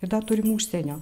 ir dar turim užsienio